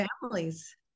families